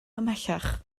ymhellach